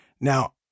Now